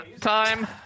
time